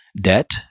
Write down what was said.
debt